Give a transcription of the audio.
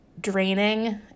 draining